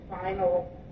final